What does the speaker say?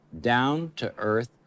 down-to-earth